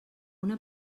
una